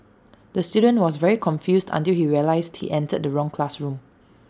the student was very confused until he realised he entered the wrong classroom